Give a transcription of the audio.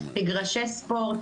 מגרשי ספורט.